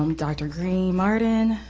um dr. green martin,